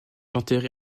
enterré